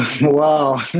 Wow